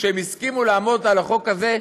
שהם הסכימו לעמוד על החוק הזה,